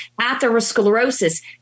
atherosclerosis